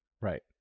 Right